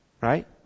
right